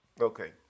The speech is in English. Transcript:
Okay